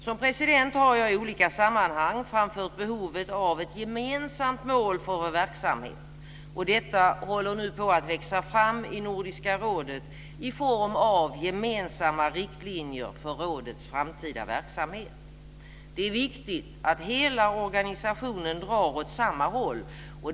Som president har jag i olika sammanhang framfört behovet av ett gemensamt mål för vår verksamhet, och detta håller nu på att växa fram i Nordiska rådet i form av gemensamma riktlinjer för rådets framtida verksamhet. Det är viktigt att hela organisationen drar åt samma håll.